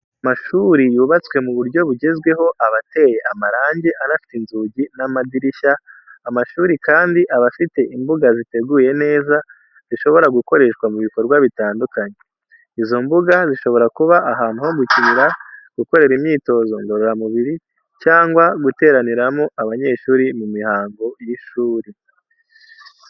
Amashuri yubatswe mu buryo bugezweho aba ateye amarange anafite inzugi n'amadirishya, amashuri kandi aba afite imbuga ziteguye neza, zishobora gukoreshwa mu bikorwa bitandukanye. Izo mbuga zishobora kuba ahantu ho gukinira, gukorera imyitozo ngororamubiri cyangwa guteraniramo abanyeshuri mu mihango y'ishuri.